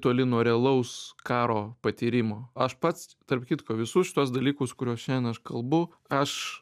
toli nuo realaus karo patyrimo aš pats tarp kitko visus šituos dalykus kuriuos šiandien aš kalbu aš